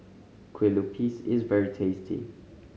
Kueh Lupis is very tasty